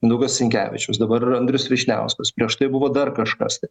mindaugas sinkevičiaus dabar andrius vyšniauskas prieš tai buvo dar kažkas tai